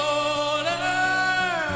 older